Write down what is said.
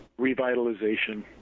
revitalization